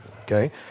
okay